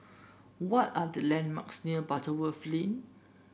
what are the landmarks near Butterworth Lane